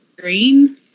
green